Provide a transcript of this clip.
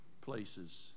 places